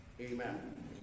amen